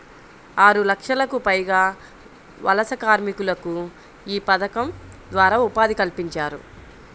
ఆరులక్షలకు పైగా వలస కార్మికులకు యీ పథకం ద్వారా ఉపాధి కల్పించారు